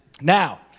Now